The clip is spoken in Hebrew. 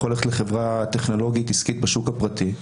יכול ללכת לחברה טכנולוגית עסקית בשוק הפרטי,